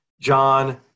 John